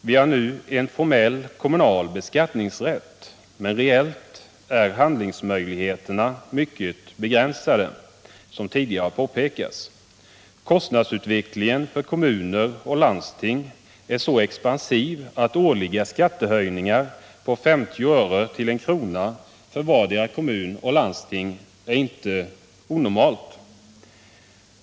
Vi har nu en formell kommunal beskattningsrätt, men reellt är handlingsmöjligheterna mycket begränsade, som tidigare har påpekats. Kostnadsutvecklingen för kommuner och landsting är så expansiv, att årliga skattehöjningar på femtio öre till en krona för vardera kommun och landsting inte är onormalt.